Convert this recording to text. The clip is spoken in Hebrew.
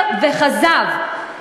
רבות נוספות אחרות שנפלו.